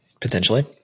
potentially